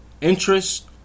Interest